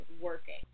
working